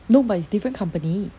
no but it's different company